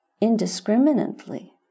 indiscriminately